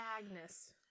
agnes